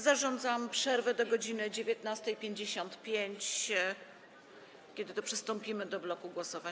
Zarządzam przerwę do godz. 19.55, kiedy to przystąpimy do głosowań.